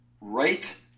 right